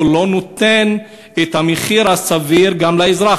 הוא לא נותן את המחיר הסביר גם לאזרח,